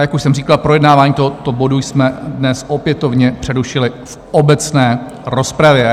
Jak už jsem říkal, projednávání tohoto bodu jsme dnes opětovně přerušili v obecné rozpravě.